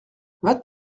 vingt